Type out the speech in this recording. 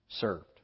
served